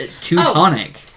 Teutonic